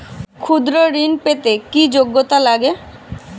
ক্ষুদ্র ঋণ পেতে কি যোগ্যতা লাগে?